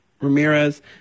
Ramirez